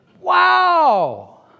wow